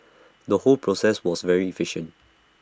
the whole process was very efficient